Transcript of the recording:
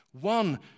one